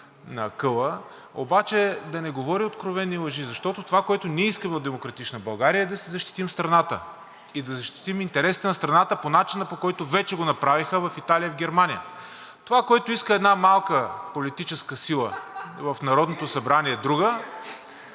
на акъла, обаче да не говори откровени лъжи. Защото това, което ние искаме от „Демократична България“, е да си защитим страната и да защитим интересите на страната по начина, по който вече го направиха в Италия и в Германия. Това, което иска една малка политическа сила (смях във ВЪЗРАЖДАНЕ) в Народното събрание, друга,